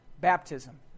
baptism